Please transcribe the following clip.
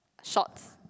shorts